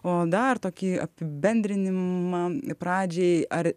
o dar tokį apibendrinimą pradžiai ar